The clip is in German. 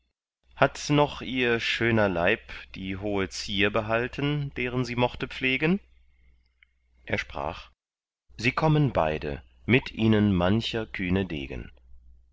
hat noch ihr schöner leib die hohe zier behalten deren sie mochte pflegen er sprach sie kommen beide mit ihnen mancher kühne degen